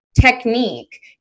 Technique